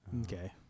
Okay